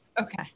Okay